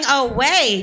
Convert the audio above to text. away